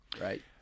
right